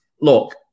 Look